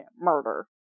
murder